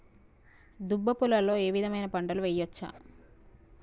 దుబ్బ పొలాల్లో ఏ విధమైన పంటలు వేయచ్చా?